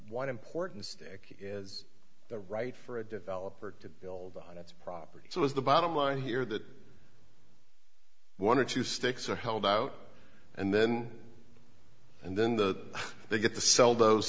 one important stick is the right for a developer to build on its property so is the bottom line here that one or two sticks are held out and then and then the they get to sell those